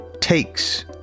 takes